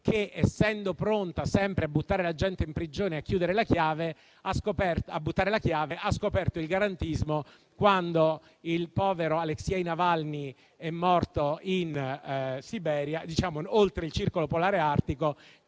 che, essendo pronta sempre a buttare la gente in prigione e a gettare via la chiave, ha scoperto il garantismo quando il povero Alexei Navalny è morto in Siberia; oltre il circolo polare artico,